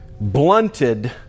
blunted